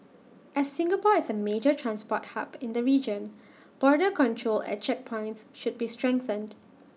as Singapore is A major transport hub in the region border control at checkpoints should be strengthened